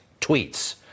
tweets